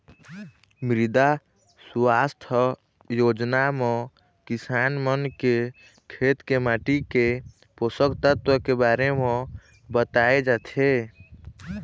मृदा सुवास्थ योजना म किसान मन के खेत के माटी के पोसक तत्व के बारे म बताए जाथे